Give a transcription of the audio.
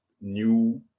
new